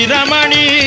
Ramani